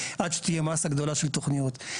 עד שתהיה מסה גדולה של תוכניות.